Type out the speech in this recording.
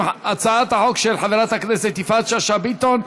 עם הצעת החוק של חברת הכנסת יפעת שאשא ביטון,